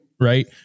Right